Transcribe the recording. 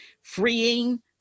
freeing